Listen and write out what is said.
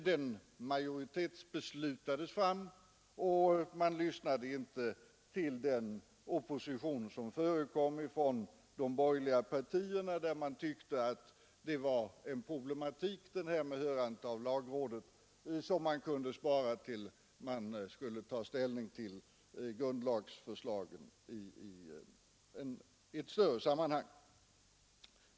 Den majoritetsbeslutades fram, och man lyssnade inte till den opposition som förekom från de borgerliga partierna, som tyckte att detta med hörande av lagrådet var en problematik som kunde sparas till dess vi hade att ta ställning till grundlagsförslagen i ett större sammanhang.